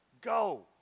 Go